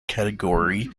category